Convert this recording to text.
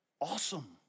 awesome